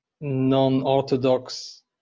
non-orthodox